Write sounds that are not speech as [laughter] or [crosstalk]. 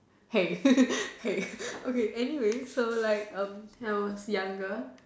hey [laughs] hey okay anyways so like when I was younger